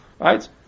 right